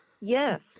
Yes